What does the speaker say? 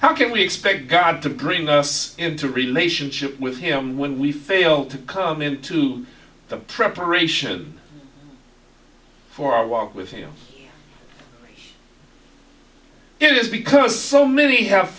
how can we expect god to bring us into relationship with him when we fail to come into the preparation for our walk with him it is because so many have